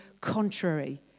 contrary